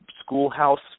schoolhouse